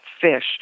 fish